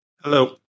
Hello